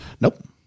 Nope